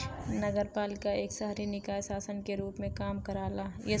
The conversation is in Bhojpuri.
नगरपालिका एक शहरी निकाय शासन के रूप में काम करला